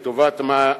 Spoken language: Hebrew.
לטובת מה,